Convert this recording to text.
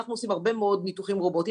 אנחנו עושים הרבה מאוד ניתוחים רובוטיים